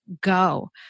go